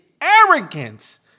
arrogance